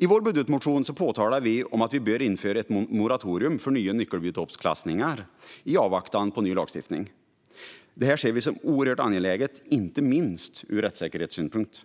I vår budgetmotion påpekade vi att vi bör införa ett moratorium för nya nyckelbiotopsklassningar i avvaktan på ny lagstiftning. Detta ser vi som oerhört angeläget, inte minst ur rättssäkerhetssynpunkt.